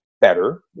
better